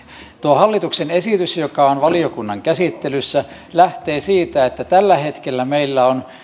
tuo hallituksen esitys joka on valiokunnan käsittelyssä lähtee siitä että tällä hetkellä meillä on